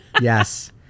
Yes